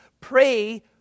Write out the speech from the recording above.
pray